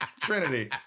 Trinity